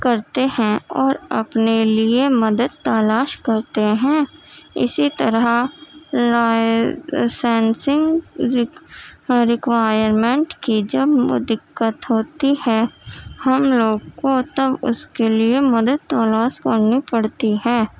کرتے ہیں اور اپنے لیے مدد تلاش کرتے ہیں اسی طرح لائسینسنگ رکوائرمنٹ کی جب دقت ہوتی ہے ہم لوگ کو تب اس کے لیے مدد تلاش کرنی پڑتی ہے